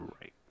right